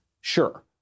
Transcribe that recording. Sure